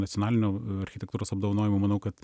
nacionalinių architektūros apdovanojimų manau kad